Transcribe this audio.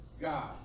God